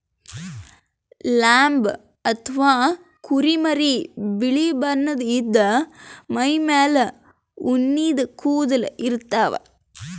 lamb ಅಥವಾ ಕುರಿಮರಿ ಬಿಳಿ ಬಣ್ಣದ್ ಇದ್ದ್ ಮೈಮೇಲ್ ಉಣ್ಣಿದ್ ಕೂದಲ ಇರ್ತವ್